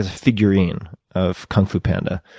ah figurine of kung fu panda.